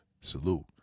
Salute